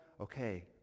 Okay